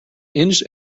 inch